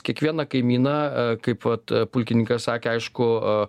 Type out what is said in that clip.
kiekvieną kaimyną kaip vat pulkininkas sakė aišku